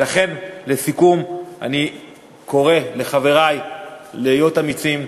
לכן, לסיכום, אני קורא לחברי להיות אמיצים.